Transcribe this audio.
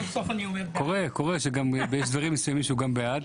יש דברים מסוימים שהוא גם בעד.